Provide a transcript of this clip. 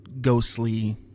ghostly